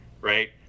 right